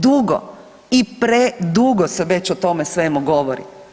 Dugo i predugo se već o tome svemu govori.